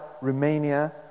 Romania